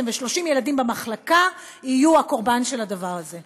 ו-30 ילדים במחלקה יהיו הקורבן של הדבר הזה.